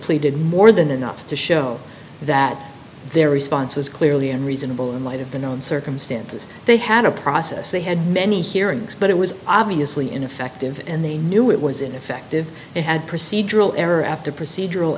pleaded more than enough to show that their response was clearly and reasonable in light of the known circumstances they had a process they had many hearings but it was obviously ineffective and they knew it was ineffective it had procedural error after procedural